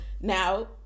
now